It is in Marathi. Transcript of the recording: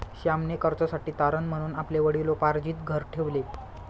श्यामने कर्जासाठी तारण म्हणून आपले वडिलोपार्जित घर ठेवले